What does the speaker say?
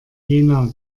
jena